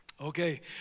Okay